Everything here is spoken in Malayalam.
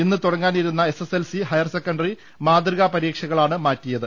ഇന്ന് തുടങ്ങാനിരുന്ന എസ്എ സ്എസ്എൽസി ഹയർ സെക്കൻഡറി മാതൃകാ പരീക്ഷകളാണ് മാറ്റി യത്